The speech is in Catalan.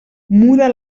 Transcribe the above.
muda